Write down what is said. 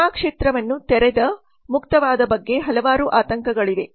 ವಿಮಾ ಕ್ಷೇತ್ರವನ್ನು ತೆರೆದಮುಕ್ತವಾದ ಬಗ್ಗೆ ಹಲವಾರು ಆತಂಕಗಳಿವೆ